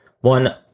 One